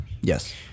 Yes